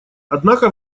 однако